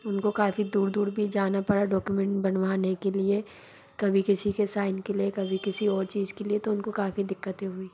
उनको काफ़ी दूर दूर भी जाना पड़ा डौकुमेंट बनवाने के लिए कभी किसी के साइन के लिए कभी किसी और चीज़ के लिए तो उनको काफ़ी दिक्कतें हुई